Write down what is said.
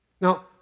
Now